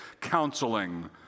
counseling